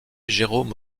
jérôme